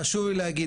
חשוב לי להגיד,